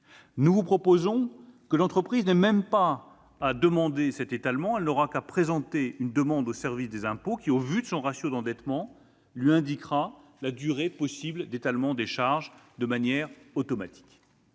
plus, nous proposons que l'entreprise n'ait pas à solliciter cet étalement : elle n'aura qu'à présenter une demande au service des impôts qui, au vu de son ratio d'endettement, lui indiquera la durée possible d'étalement des charges de manière automatique.